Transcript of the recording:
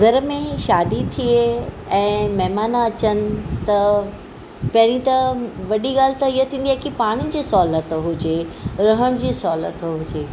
घर में शादी थिए ऐं महिमान अचनि त पहिरियूं त वॾी ॻाल्हि त इहा थींदी आहे की पाणी जी सहुलियत हुजे रहनि जी सहुलियत हुजे